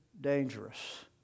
dangerous